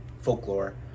folklore